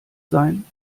sein